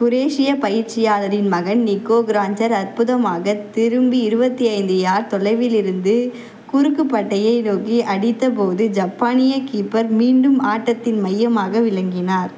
குரோஷிய பயிற்சியாளரின் மகன் Niko Kranjcar அற்புதமாக திரும்பி இருபத்தி ஐந்து யார்ட் தொலைவிலிருந்து குறுக்குப்பட்டையை நோக்கி அடித்தபோது ஜப்பானிய கீப்பர் மீண்டும் ஆட்டத்தின் மையமாக விளங்கினார்